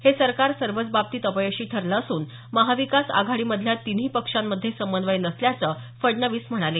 हे सरकार सर्वच बाबतीत अपयशी ठरलं असून महाविकास आघाडीमधल्या तिन्ही पक्षांमध्ये समन्वय नसल्याचं फडणवीस म्हणाले